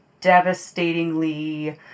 devastatingly